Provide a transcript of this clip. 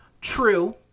True